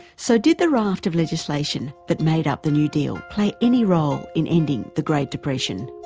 so did the raft of legislation that made up the new deal play any role in ending the great depression?